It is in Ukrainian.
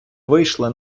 вийшли